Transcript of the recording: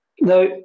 Now